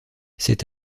cet